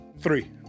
Three